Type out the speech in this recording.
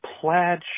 plaid